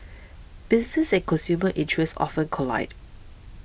business and consumer interests often collide